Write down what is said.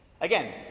Again